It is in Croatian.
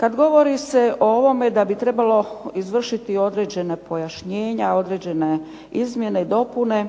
se govori o ovome da bi trebalo izvršiti određena pojašnjenja, određene izmjene i dopune